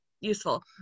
useful